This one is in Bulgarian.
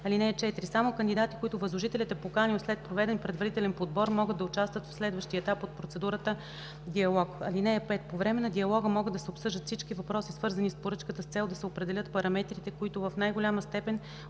(4) Само кандидати, които възложителят е поканил след проведен предварителен подбор, могат да участват в следващия етап от процедурата – диалог. (5) По време на диалога могат да се обсъждат всички въпроси, свързани с поръчката с цел да се определят параметрите, които в най-голяма степен